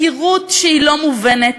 מהירות שהיא לא מובנת,